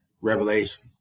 Revelation